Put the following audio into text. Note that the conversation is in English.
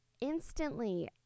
Instantly